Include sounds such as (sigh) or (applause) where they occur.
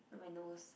(noise) my nose